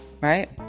right